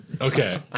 Okay